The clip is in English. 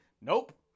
Nope